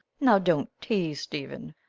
now don't tease, stephen.